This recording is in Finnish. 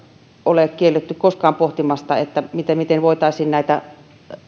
ole koskaan kielletty pohtimasta siitä miten voitaisiin